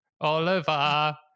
Oliver